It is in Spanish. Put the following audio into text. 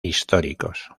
históricos